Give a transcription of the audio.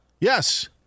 Yes